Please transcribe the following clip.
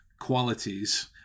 qualities